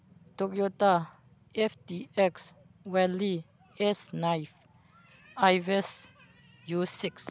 ꯇꯣꯛꯌꯣꯇꯥ F T X ꯋꯦꯜꯂꯤ S ꯅꯥꯏꯐ ꯑꯥꯏ ꯕꯦꯁ ꯌꯨ ꯁꯤꯛꯁ